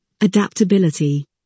Adaptability